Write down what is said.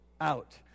Out